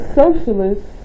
socialist